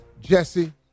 Jesse